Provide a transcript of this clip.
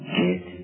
get